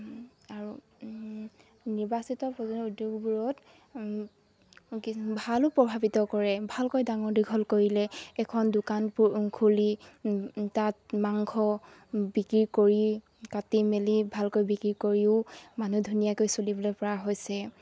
আৰু নিৰ্বাচিত প্ৰজনন উদ্যোগবোৰত ভালো প্ৰভাৱিত কৰে ভালকৈ ডাঙৰ দীঘল কৰিলে এখন দোকান খুলি তাত মাংস বিক্ৰী কৰি কাটি মেলি ভালকৈ বিক্ৰী কৰিও মানুহ ধুনীয়াকৈ চলিবলৈ পৰা হৈছে